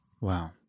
Wow